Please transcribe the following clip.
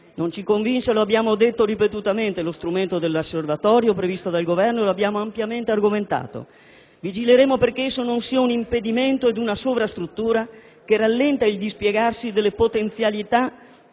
Non ci convince lo strumento dell'Osservatorio previsto dal Governo, e lo abbiamo ampiamente argomentato. Vigileremo perché esso non sia un impedimento ed una sovrastruttura che rallenta il dispiegarsi delle potenzialità